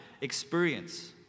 experience